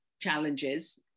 challenges